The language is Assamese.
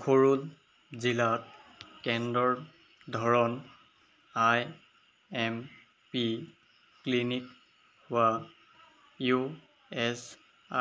উখৰুল জিলাত কেন্দ্ৰৰ ধৰণ আই এম পি ক্লিনিক হোৱা ইউ এছ